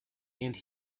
and